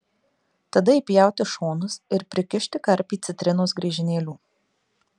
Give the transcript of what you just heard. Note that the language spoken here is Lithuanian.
tada įpjauti šonus ir prikišti karpį citrinos griežinėlių